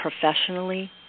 professionally